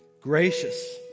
gracious